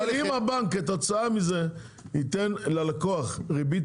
אבל אם הבנק כתוצאה מזה ייתן ללקוח ריבית